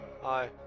Hi